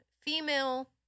female